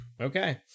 okay